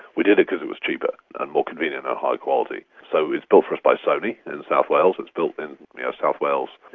we did it because it was cheaper and more convenient and high quality. so it's built for us by sony in south wales, it's built in ah south wales,